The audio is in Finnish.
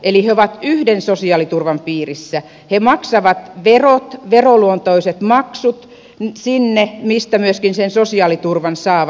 eli he ovat yhden sosiaaliturvan piirissä he maksavat verot veroluontoiset maksut sinne mistä myöskin sen sosiaaliturvan saavat